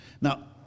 Now